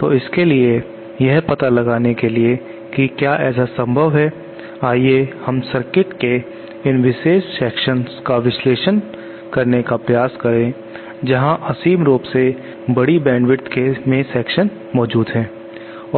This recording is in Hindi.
तो इसके लिए यह पता लगाने के लिए कि क्या ऐसा संभव हैआइए हम सर्किट के इन विशेष सेक्शंस का विश्लेषण करने का प्रयास करें जहां असीम रूप से बड़ी संख्या में सेक्शन मौजूद है